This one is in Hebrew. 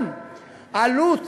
גם עלות